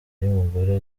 y’umugore